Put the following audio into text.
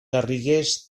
garrigues